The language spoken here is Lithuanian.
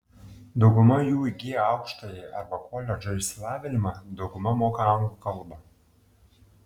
dauguma jų įgiję aukštąjį arba koledžo išsilavinimą dauguma moka anglų kalbą